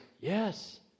yes